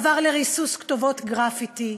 עבר לריסוס כתובות גרפיטי,